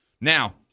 Now